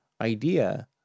idea